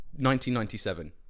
1997